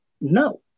no